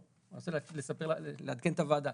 אני רוצה לעדכן את הוועדה,